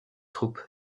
troupe